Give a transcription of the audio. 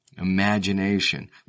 imagination